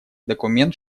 документ